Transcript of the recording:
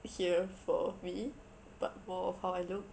here for me but more of how I look